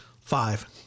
Five